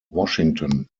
washington